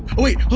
wait.